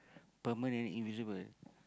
permanent invisible